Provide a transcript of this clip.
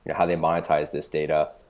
yeah how they monetize this data,